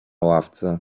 ławce